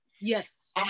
Yes